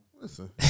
Listen